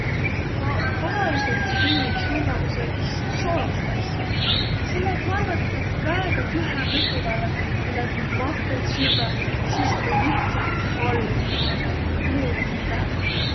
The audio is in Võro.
Maq tavaliselt süü iks hummogusöögis soolast asja, selle et ma arva, et ku väega tühä kõtu pääle midägi makõt süvväq, sis või lihtsält halv naadaq, muud midägi.